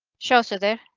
show so there.